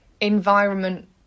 environment